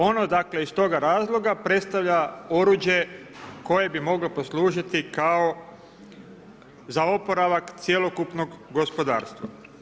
Ono iz toga razloga predstavlja oruđe koje bi moglo poslužiti kao za oporavak cjelokupnog gospodarstva.